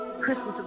Christmas